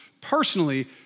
personally